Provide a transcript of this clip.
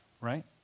right